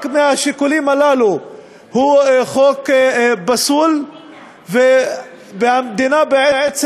רק מהשיקולים הללו הוא חוק פסול והמדינה בעצם